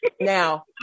Now